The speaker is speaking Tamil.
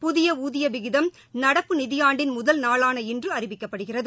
புதிய ஊதிய விகிதம் நடப்பு நிதியாண்டின் முதல் நாளான இன்று அறிவிக்கப்படுகிறது